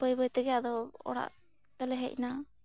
ᱵᱟᱹᱭ ᱵᱟᱹᱭ ᱛᱮ ᱜᱮ ᱟᱫᱚ ᱚᱲᱟᱜ ᱛᱮᱞᱮ ᱦᱮᱡ ᱱᱟ